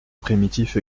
primitif